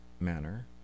manner